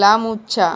লাম উছ্যা